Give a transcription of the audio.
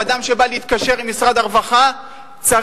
אדם שבא להתקשר עם משרד הרווחה צריך